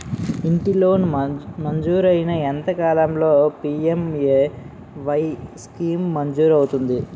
ఇంటి లోన్ మంజూరైన ఎంత కాలంలో పి.ఎం.ఎ.వై స్కీమ్ మంజూరు అవుతుంది?